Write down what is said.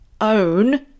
own